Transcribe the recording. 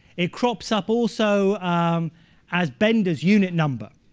it crops up also as bender's unit number.